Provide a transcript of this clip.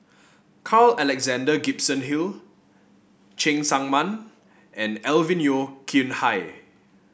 Carl Alexander Gibson Hill Cheng Tsang Man and Alvin Yeo Khirn Hai